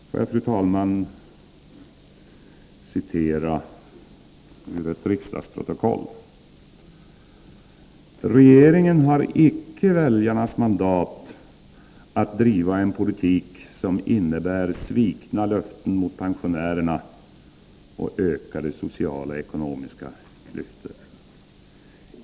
Får jag, fru talman, citera ur ett riksdagsprotokoll: ”-—-— regeringen har icke väljarnas mandat att driva en politik som innebär svikna löften mot pensionärerna och ökade sociala och ekonomiska klyftor.